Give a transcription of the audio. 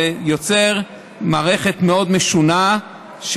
זה יוצר מערכת מאוד משונה,